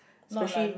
specially